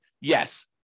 yes